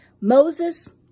Moses